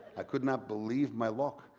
i could not believe my luck.